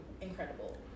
incredible